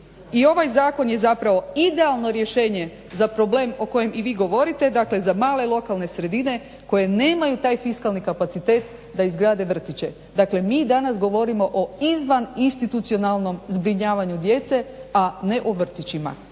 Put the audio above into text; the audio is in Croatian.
i ovaj zakon je zapravo idealno rješenje za problem o kojem i vi govorite, dakle za male lokalne sredine koje nemaju taj fiskalni kapacitet da izgrade vrtiće. Dakle mi danas govorimo o izvaninstitucionalnom zbrinjavanju djece, a ne o vrtićima